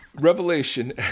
Revelation